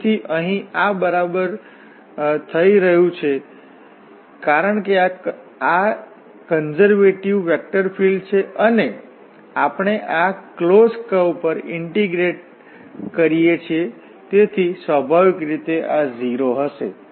તેથી અહીં આ બરાબર થઈ રહ્યું છે કારણ કે આ કન્ઝર્વેટિવ વેક્ટર ફિલ્ડ છે અને આપણે આ ક્લોસ્ડ કર્વ પર ઇન્ટીગ્રેટ કરીએ છીએ તેથી સ્વાભાવિક રીતે આ 0 હશે